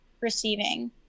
receiving